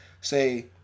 say